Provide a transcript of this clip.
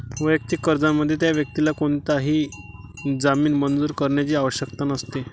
वैयक्तिक कर्जामध्ये, त्या व्यक्तीला कोणताही जामीन मंजूर करण्याची आवश्यकता नसते